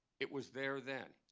it was there then.